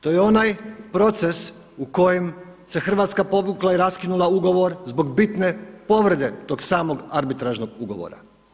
To je onaj proces u kojem se Hrvatska povukla i raskinula ugovor zbog bitne povrede tog samog arbitražnog ugovora.